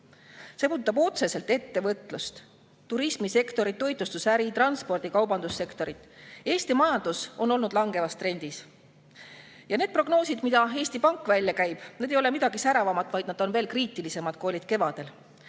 See puudutab otseselt ettevõtlust, turismisektorit, toitlustusäri, transpordi‑ ja kaubandussektorit. Eesti majandus on olnud langevas trendis. Prognoosid, mida Eesti Pank välja käib, ei ole midagi säravat, need on kriitilisemad, kui olid kevadel.